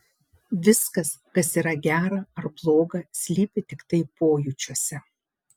viskas kas yra gera ar bloga slypi tiktai pojūčiuose